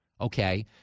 okay